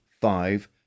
five